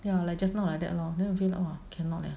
ya like just now like that lor then I feel !wah! cannot leh